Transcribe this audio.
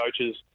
coaches